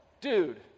dude